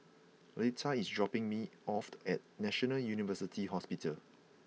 Leta is dropping me off at National University Hospital